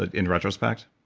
ah in retrospect?